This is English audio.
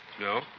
No